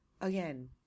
again